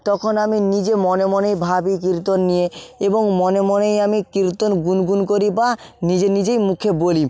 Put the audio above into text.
তখন আমি নিজে মনে মনেই ভাবি কীর্তন নিয়ে এবং মনে মনেই আমি কীর্তন গুনগুন করি বা নিজে নিজেই মুখে বলি